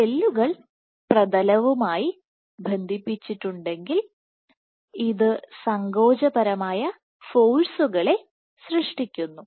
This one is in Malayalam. സെല്ലുകൾ പ്രതലവുമായി ബന്ധിപ്പിച്ചിട്ടുണ്ടെങ്കിൽ ഇത് സങ്കോചപരമായ ഫോഴ്സുകളെ സൃഷ്ടിക്കുന്നു